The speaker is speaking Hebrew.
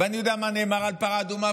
אני יודע מה נאמר על פרה אדומה,